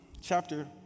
chapter